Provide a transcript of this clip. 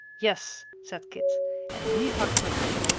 yes, said kit and he hugged her too.